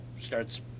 starts